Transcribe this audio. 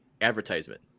advertisement